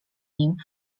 nim